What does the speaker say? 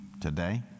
today